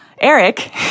Eric